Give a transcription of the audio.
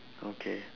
okay